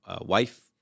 wife